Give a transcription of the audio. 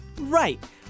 Right